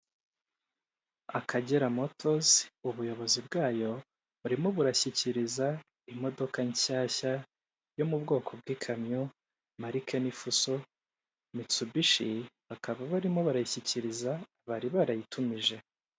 Akagera Motozi ubuyobozi bwayo burimo burashyikiriza imodoka nshyashya yo mu bwoko bw'ikamyo, marike ni Fuso, Mitsubishi bakaba barimo barayishyikiriza bari barayitumije.